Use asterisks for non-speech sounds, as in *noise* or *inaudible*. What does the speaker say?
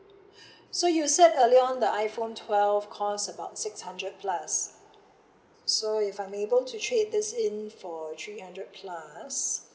*breath* so you said earlier on the iPhone twelve cost about six hundred plus so if I'm able to trade this in for three hundred plus